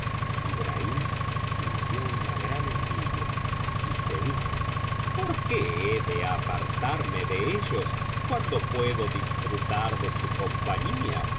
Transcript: cabellos ibrahim sintió una gran envidia y se dijo por qué he de apartarme de ellos cuando puedo disfrutar de su compañía